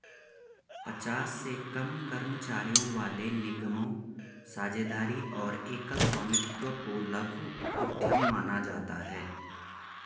पचास से कम कर्मचारियों वाले निगमों, साझेदारी और एकल स्वामित्व को लघु उद्यम माना जाता है